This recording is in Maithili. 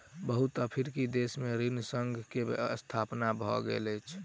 बहुत अफ्रीकी देश में ऋण संघ के स्थापना भेल अछि